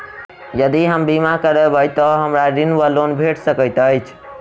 यदि हम बीमा करबै तऽ हमरा ऋण वा लोन भेट सकैत अछि?